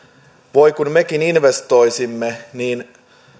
voi kun mekin investoisimme niin